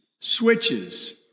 switches